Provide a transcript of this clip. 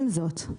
עם זאת,